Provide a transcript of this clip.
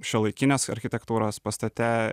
šiuolaikinės architektūros pastate